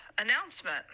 announcement